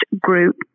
group